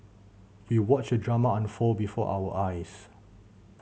we watched the drama unfold before our eyes